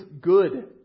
good